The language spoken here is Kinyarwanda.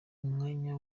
umwanya